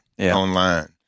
online